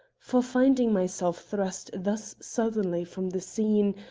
for, finding myself thrust thus suddenly from the scene,